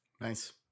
Nice